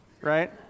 right